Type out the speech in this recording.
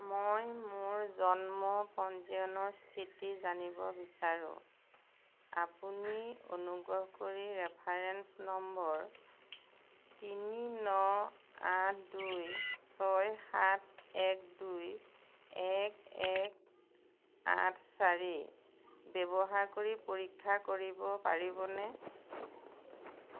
মই মোৰ জন্ম পঞ্জীয়নৰ স্থিতি জানিব বিচাৰোঁ আপুনি অনুগ্ৰহ কৰি ৰেফাৰেন্স নম্বৰ তিনি ন আঠ দুই ছয় সাত এক দুই এক এক আঠ চাৰি ব্যৱহাৰ কৰি পৰীক্ষা কৰিব পাৰিবনে